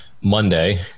Monday